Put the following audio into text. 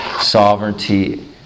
sovereignty